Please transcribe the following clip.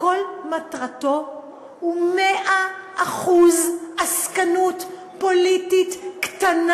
שכל מטרתו היא מאה אחוז עסקנות פוליטית קטנה,